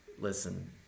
listen